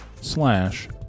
slash